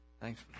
Thanks